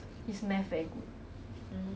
eh then how you gonna do A_P_F_M